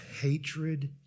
hatred